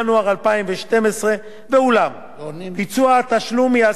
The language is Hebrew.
ואולם ביצוע התשלום ייעשה באופן מדורג.